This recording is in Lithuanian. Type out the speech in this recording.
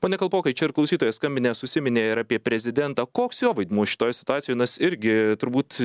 pone kalpokai čia ir klausytojas skambinęs užsiminė ir apie prezidentą koks jo vaidmuo šitoj situacijoj nes irgi turbūt